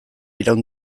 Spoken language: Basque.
iraun